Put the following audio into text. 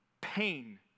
pain